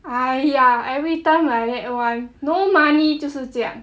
!aiya! every time like that [one] no money 就是这样